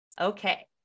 Okay